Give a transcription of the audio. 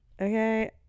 okay